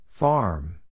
Farm